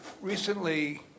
Recently